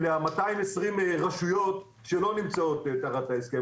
ל-220 רשויות שלא נמצאות תחת ההסכם.